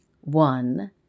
one